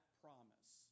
promise